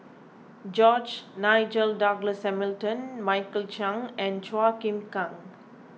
George Nigel Douglas Hamilton Michael Chiang and Chua Chim Kang